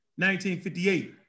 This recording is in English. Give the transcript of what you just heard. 1958